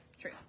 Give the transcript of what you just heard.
True